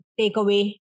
takeaway